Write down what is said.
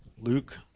Luke